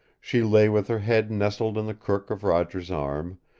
she lay with her head nestled in the crook of roger's arm,